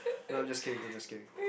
no I'm just kidding I'm just kidding